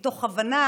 מתוך הבנה